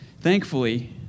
Thankfully